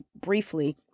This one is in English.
briefly